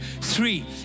three